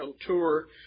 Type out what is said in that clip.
tour